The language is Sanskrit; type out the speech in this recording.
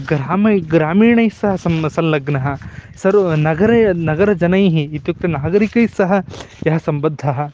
ग्रामे ग्रामीणैस्सह सम्म संलग्नः सर्व नगरे नगरजनैः इत्युक्ते नागरिकैस्सह यः सम्बद्धः